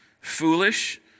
foolish